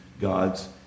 gods